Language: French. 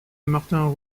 martin